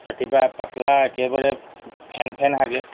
কেতিয়াবা পতলা একেবাৰে ফেন ফেন হাগে